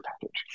package